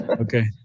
Okay